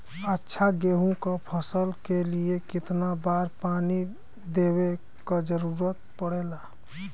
अच्छा गेहूँ क फसल के लिए कितना बार पानी देवे क जरूरत पड़ेला?